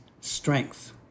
strength